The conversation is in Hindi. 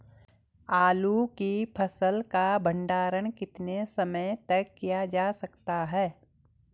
आलू की फसल का भंडारण कितने समय तक किया जा सकता है?